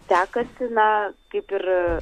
sekasi na kaip ir